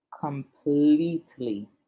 completely